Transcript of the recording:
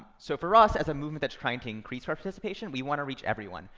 so for us, as a movement that's trying to increase our participation, we wanna reach everyone,